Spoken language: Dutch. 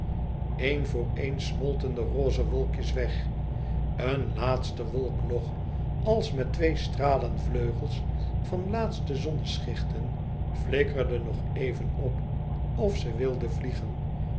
een voor een smolten de roze wolkjes weg éen laatste wolk nog als met twee stralenvleugels van laatste zonneschichten flikkerde nog even op of ze wilde vliegen